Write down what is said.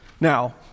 Now